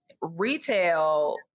Retail